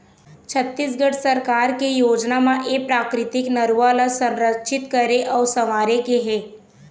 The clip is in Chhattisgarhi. छत्तीसगढ़ सरकार के योजना म ए प्राकृतिक नरूवा ल संरक्छित करे अउ संवारे के हे